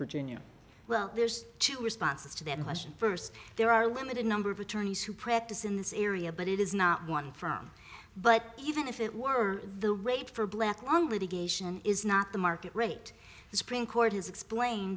virginia well there's two responses to that question first there are a limited number of attorneys who practice in this area but it is not one firm but even if it were the rate for black on litigation is not the market rate the supreme court has explain